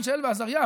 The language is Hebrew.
מישאל ועזריה,